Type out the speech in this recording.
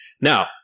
Now